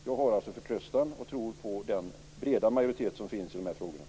Jag har alltså förtröstan och tror på den breda majoritet som finns i de här frågorna.